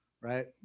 right